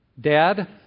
Dad